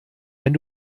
wenn